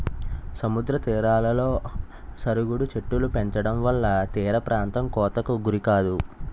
సముద్ర తీరాలలో సరుగుడు చెట్టులు పెంచడంవల్ల తీరప్రాంతం కోతకు గురికాదు